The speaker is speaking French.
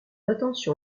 attention